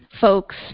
folks